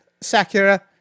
Sakura